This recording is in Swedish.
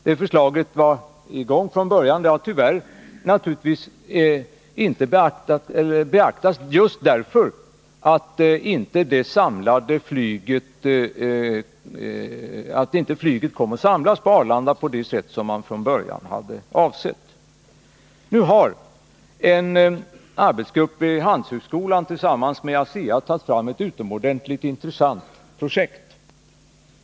Detta förslag fanns med från början, men det har inte beaktats just därför att flyget inte kom att samlas på Arlanda på det sätt som först var meningen. Nu har en arbetsgrupp vid Handelshögskolan tillsammans med ASEA tagit fram ett utomordentligt intressant projekt.